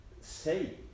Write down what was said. say